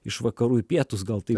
iš vakarų į pietus gal taip